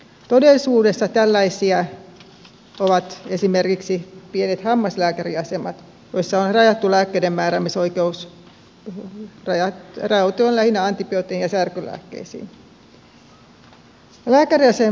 todellisuudessa tällaisia ovat esimerkiksi pienet hammaslääkäriasemat joissa on rajattu lääkkeidenmääräämisoikeus rajautuen lähinnä antibiootteihin ja särkylääkkeisiin